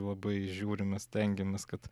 labai žiūrime stengiamės kad